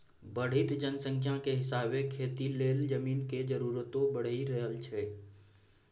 बढ़इत जनसंख्या के हिसाबे खेती लेल जमीन के जरूरतो बइढ़ रहल छइ